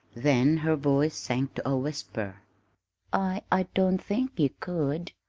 then her voice sank to a whisper i i don't think you could.